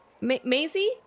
Maisie